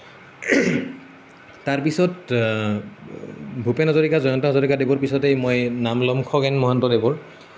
তাৰপিছত ভূপেন হাজৰিকা জয়ন্ত হাজৰিকাদেৱৰ পিছতেই মই নাম ল'ম খগেন মহন্তদেৱৰ